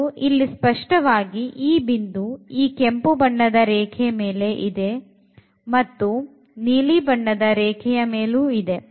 ಮತ್ತು ಇಲ್ಲಿ ಸ್ಪಷ್ಟವಾಗಿ ಈ ಬಿಂದು ಈ ಕೆಂಪು ಬಣ್ಣದ ರೇಖೆ ಮೇಲೆ ಇದೆ ಮೇಲೂ ಇದೆ ಮತ್ತು ನೀಲಿಬಣ್ಣದ ರೇಖೆಯ ಮೇಲೆ ಇದೆ